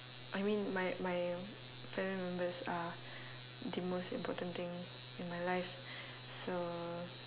I mean my my family members are the most important thing in my life so